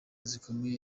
zikomeye